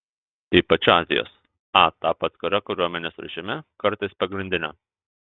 ypač azijos a tapo atskira kariuomenės rūšimi kartais pagrindine